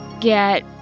get